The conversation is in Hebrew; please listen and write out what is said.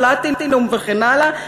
פלטינום וכן הלאה,